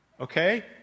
Okay